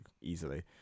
easily